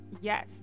yes